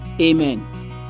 Amen